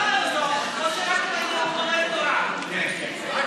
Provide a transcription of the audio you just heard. או לא, או שרק, תורה, לא להאמין.